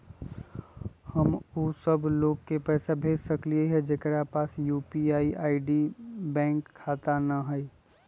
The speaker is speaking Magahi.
हम उ सब लोग के पैसा भेज सकली ह जेकरा पास यू.पी.आई बैंक खाता न हई?